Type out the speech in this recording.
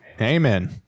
Amen